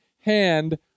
hand